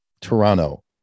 Toronto